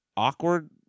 awkward